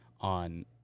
on